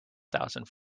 thousand